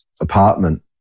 apartment